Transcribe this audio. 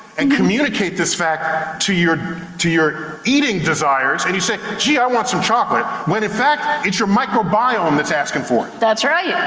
and communicate this fact to your to your eating desires. and you say, gee, i want some chocolate. when in fact, it's your microbiome that's asking for it. that's right. yeah